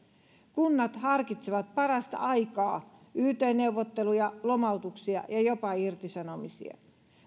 kunnat harkitsevat parasta aikaa yt neuvotteluja lomautuksia ja jopa irtisanomisia